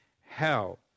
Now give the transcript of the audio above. hell